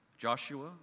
Joshua